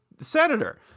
senator